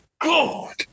God